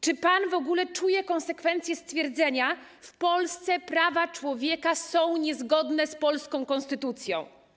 Czy pan w ogóle czuje konsekwencje stwierdzenia: w Polsce prawa człowieka są niezgodne z polską konstytucją?